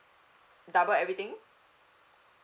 double everything